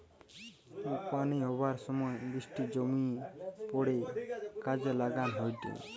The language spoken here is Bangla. পানি হবার সময় বৃষ্টি জমিয়ে পড়ে কাজে লাগান হয়টে